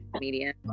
media